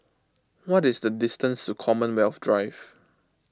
what is the distance to Commonwealth Drive